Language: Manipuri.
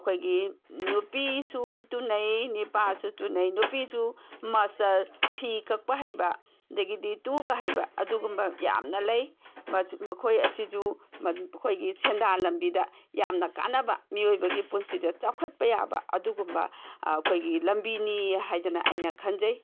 ꯑꯩꯈꯣꯏꯒꯤ ꯅꯨꯄꯤꯁꯨ ꯇꯨꯅꯩ ꯅꯤꯄꯥꯁꯨ ꯇꯨꯅꯩ ꯅꯨꯄꯤꯁꯨ ꯃꯥꯁꯇꯔ ꯐꯤ ꯀꯛꯄ ꯍꯩꯕ ꯑꯗꯒꯤꯗꯤ ꯇꯨꯕ ꯍꯩꯕ ꯑꯗꯨꯒꯨꯝꯕ ꯌꯥꯝꯅ ꯂꯩ ꯃꯈꯣꯏ ꯑꯁꯤꯁꯨ ꯑꯩꯈꯣꯏꯒꯤ ꯁꯦꯟꯗꯥꯟ ꯂꯝꯕꯤꯗ ꯌꯥꯝꯅ ꯀꯥꯟꯅꯕ ꯃꯤꯑꯣꯏꯕꯒꯤ ꯄꯨꯟꯁꯤꯗ ꯆꯥꯎꯈꯠꯄ ꯌꯥꯕ ꯑꯗꯨꯒꯨꯝꯕ ꯑꯩꯈꯣꯏꯒꯤ ꯂꯝꯕꯤꯅꯤ ꯍꯥꯏꯗꯅ ꯑꯩꯅ ꯈꯟꯖꯩ